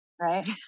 right